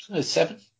Seven